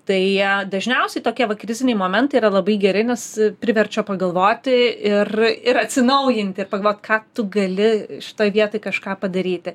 tai dažniausiai tokie va kriziniai momentai yra labai gerai nes priverčia pagalvoti ir ir atsinaujinti ir pagalvot ką tu gali šitoj vietoj kažką padaryti